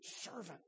servant